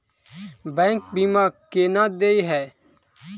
Bank बीमा केना देय है?